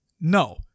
no